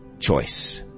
choice